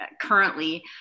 currently